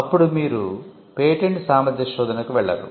అప్పుడు మీరు పేటెంట్ సామర్థ్య శోధనకు వెళ్లరు